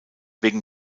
wegen